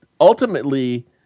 ultimately